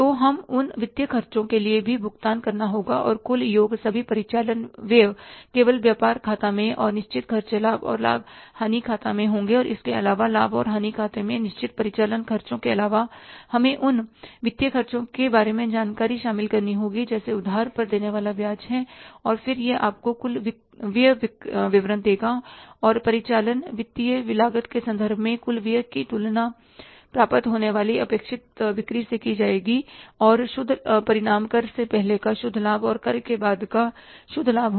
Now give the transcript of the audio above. तो हमें उन वित्तीय खर्चों के लिए भी भुगतान करना होगा और कुल योग सभी परिचालन व्यय केवल व्यापार खाता में और निश्चित खर्चे लाभ और हानि खाते में होंगे और इसके अलावा लाभ और हानि खाते में निश्चित परिचालन खर्चों के अलावा हमें उन वित्तीय खर्चों के बारे में जानकारी शामिल करनी होगी जैसे उधार पर देने वाला ब्याज है और फिर यह आपको कुल व्यय विवरण देगा और परिचालन और वित्तीय लागत के संदर्भ में कुल व्यय की तुलना प्राप्त होने वाली अपेक्षित बिक्री से की जाएगी और शुद्ध परिणाम कर से पहले का शुद्ध लाभ और कर के बाद का शुद्ध लाभ होगा